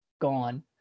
Gone